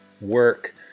work